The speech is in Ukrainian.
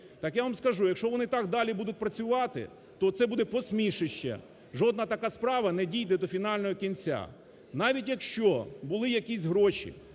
Так я вам скажу, якщо вони так далі будуть працювати, то це буде посмішище, жодна така справа не дійде до фінального кінця. Навіть, якщо були якісь гроші,